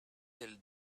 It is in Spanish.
del